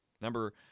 Number